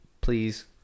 please